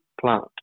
plant